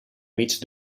mig